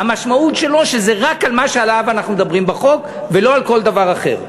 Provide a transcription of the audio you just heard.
והמשמעות שלו שזה רק על מה שעליו אנחנו מדברים בחוק ולא על כל דבר אחר.